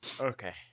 Okay